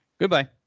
Goodbye